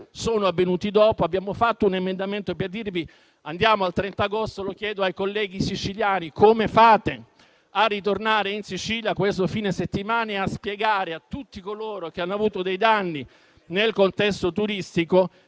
sono avvenuti dopo. Abbiamo presentato un emendamento per spostare tale data al 30 agosto. Lo chiedo ai colleghi siciliani: come fate a ritornare in Sicilia questo fine settimana e a spiegare a tutti coloro che hanno avuto dei danni nel contesto turistico